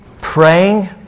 praying